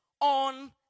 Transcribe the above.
on